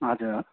हजुर